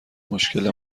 مشکل